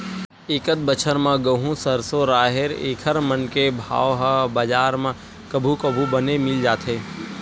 एकत बछर म गहूँ, सरसो, राहेर एखर मन के भाव ह बजार म कभू कभू बने मिल जाथे